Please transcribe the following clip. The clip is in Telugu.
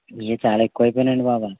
ఇయి చాలా ఎక్కువయిపోయినీయండి బాబా